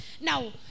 now